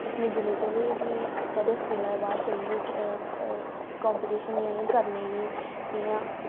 अख़बारां उर्दू अख़वार ऐ इत्थै पर लोक पढ़दे घट्ट ऐ क्योंकि लोग अनपढं बडे़ ना ज्यादातर